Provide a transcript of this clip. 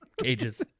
Cages